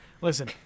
Listen